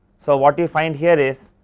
so, what you find here is,